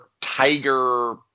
tiger